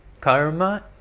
karma